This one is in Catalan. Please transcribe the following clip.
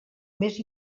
més